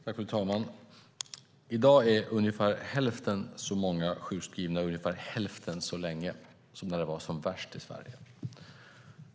Fru talman! I dag är ungefär hälften så många sjukskrivna ungefär hälften så länge som när det var som värst i Sverige.